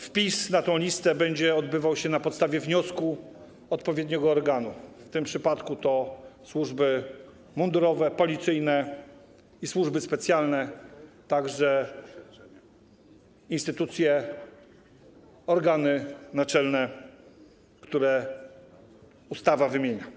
Wpis na tę listę będzie odbywał się na podstawie wniosku odpowiedniego organu - w tym przypadku to służby mundurowe, policyjne i służby specjalne, a także instytucje, organy naczelne, które ustawa wymienia.